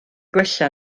gwella